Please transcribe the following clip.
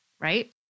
right